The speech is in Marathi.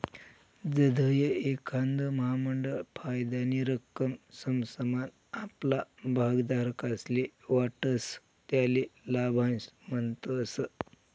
जधय एखांद महामंडळ फायदानी रक्कम समसमान आपला भागधारकस्ले वाटस त्याले लाभांश म्हणतस